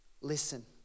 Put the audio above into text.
listen